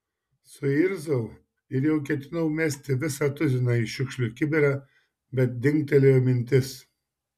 suirzau ir jau ketinau mesti visą tuziną į šiukšlių kibirą bet dingtelėjo mintis